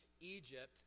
Egypt